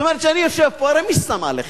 זאת אומרת, כשאני יושב פה, הרי מי שם עליכם?